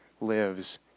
lives